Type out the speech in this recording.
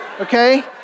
okay